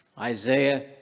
Isaiah